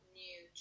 new